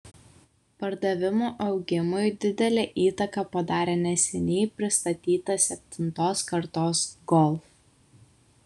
pardavimų augimui didelę įtaką padarė neseniai pristatytas septintos kartos golf